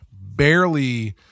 Barely